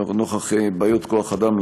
לנוכח בעיות כוח-אדם,